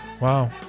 Wow